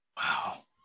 Wow